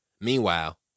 Meanwhile